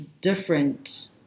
different